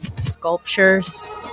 sculptures